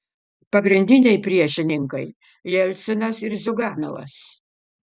pagrindiniai priešininkai jelcinas ir ziuganovas